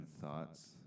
thoughts